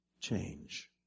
change